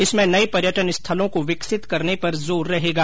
इसमें नए पर्यटन स्थलों को विकसित करने पर जोर रहेगा